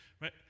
Right